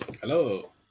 Hello